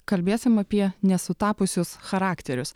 kalbėsim apie nesutapusius charakterius